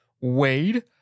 Wade